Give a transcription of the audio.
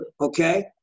okay